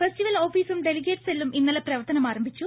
festival ഓഫീസും delegate സെല്ലും ഇന്നലെ പ്രവർത്തനം ആരംഭിച്ചു